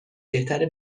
بهتره